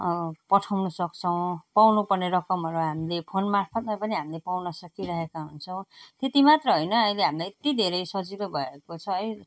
पठाउनु सक्छौँ पाउनु पर्ने रकमहरू हामीले फोन मार्फतमा पनि हामीले पाउन सकिरहेका हुन्छौँ त्यति मात्र होइन अहिले हामीलाई यति धेरै सजिलो भएको छ है